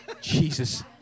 Jesus